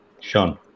Sean